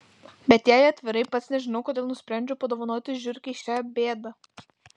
bet jei atvirai pats nežinau kodėl nusprendžiau padovanoti žiurkei šią bėdą